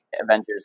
Avengers